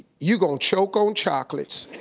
you gone choke on chocolates,